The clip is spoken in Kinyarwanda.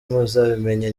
muzabimenya